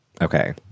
Okay